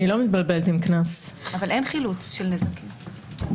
אין חילוט של נזקים.